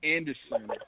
Anderson